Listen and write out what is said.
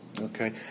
Okay